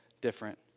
different